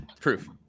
proof